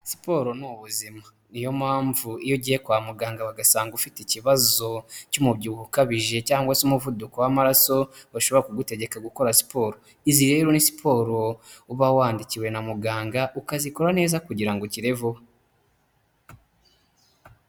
Siporo ni ubuzima, niyo mpamvu iyo ugiye kwa muganga ugasanga ufite ikibazo cy'umubyibuho ukabije cyangwa se umuvuduko w'amaraso, bashobora kugutegeka gukora siporo, izi rero ni siporo uba wandikiwe na muganga ukazikora neza kugira ukire vuba.